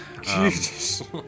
Jesus